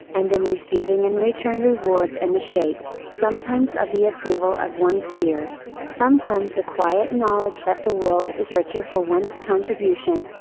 and in receiving in return rewards in and the shape, sometimes of the approval of one's peers, sometimes the quiet knowledge that the world is richer for one's contribution,